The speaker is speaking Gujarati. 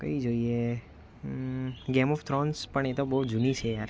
કઈ જોઈએ ગેમ ઓફ થ્રોન્સ પણ એ તો બહુ જૂની છે યાર